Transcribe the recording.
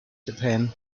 japan